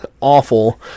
awful